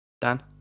Dan